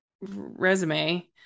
resume